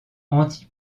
anti